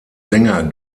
sänger